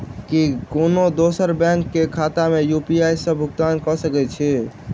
की कोनो दोसरो बैंक कऽ खाता मे यु.पी.आई सऽ भुगतान कऽ सकय छी?